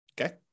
okay